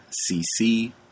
c-c